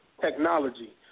technology